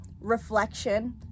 reflection